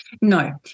No